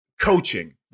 Coaching